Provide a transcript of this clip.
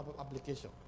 application